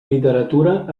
literatura